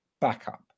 backup